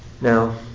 Now